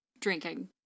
drinking